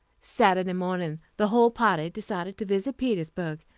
saturday morning the whole party decided to visit petersburg,